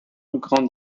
grand